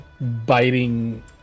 biting